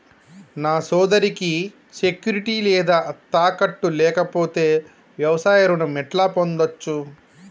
నా సోదరికి సెక్యూరిటీ లేదా తాకట్టు లేకపోతే వ్యవసాయ రుణం ఎట్లా పొందచ్చు?